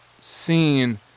seen